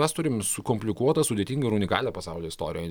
mes turim sukomplikuotą sudėtingą ir unikalią pasaulio istoriją